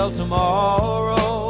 tomorrow